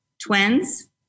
twins